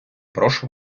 прошу